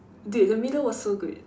dude the middle was so good